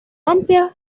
amplia